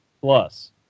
plus